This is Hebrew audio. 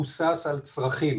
אני אחכה קצת.